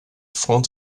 front